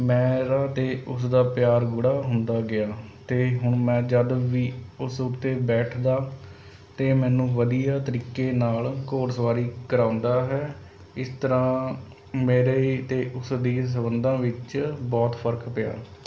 ਮੇਰਾ ਅਤੇ ਉਸ ਦਾ ਪਿਆਰ ਗੂੜ੍ਹਾ ਹੁੰਦਾ ਗਿਆ ਅਤੇ ਹੁਣ ਮੈਂ ਜਦ ਵੀ ਉਸ ਉੱਤੇ ਬੈਠਦਾ ਅਤੇ ਮੈਨੂੰ ਵਧੀਆ ਤਰੀਕੇ ਨਾਲ਼ ਘੋੜਸਵਾਰੀ ਕਰਵਾਉਂਦਾ ਹੈ ਇਸ ਤਰ੍ਹਾਂ ਮੇਰੇ ਅਤੇ ਉਸਦੇ ਸੰਬੰਧਾਂ ਵਿੱਚ ਬਹੁਤ ਫਰਕ ਪਿਆ